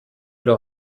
leur